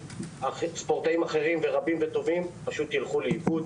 שספורטאים אחרים פשוט ילכו לאיבוד.